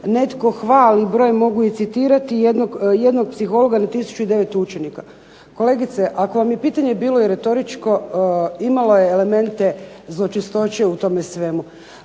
netko hvali, broj mogu citirati, jednog psihologa na 1009 učenika, kolegice ako vam je pitanje bilo retoričko imalo je elemente zločestoće u tome svemu.